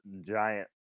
giant